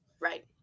Right